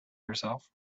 herself